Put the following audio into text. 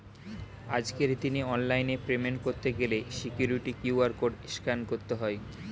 আজকের দিনে অনলাইনে পেমেন্ট করতে গেলে সিকিউরিটি কিউ.আর কোড স্ক্যান করতে হয়